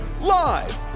Live